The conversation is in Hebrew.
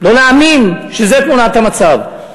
לא להאמין שזה תמונת המצב.